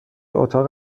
اتاق